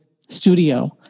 studio